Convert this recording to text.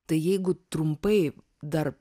tai jeigu trumpai dar